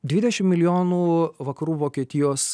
dvidešim milijonų vakarų vokietijos